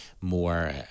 more